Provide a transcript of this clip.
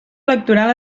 electoral